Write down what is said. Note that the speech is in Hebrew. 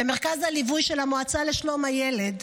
במרכז הליווי של המועצה לשלום הילד,